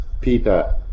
Peter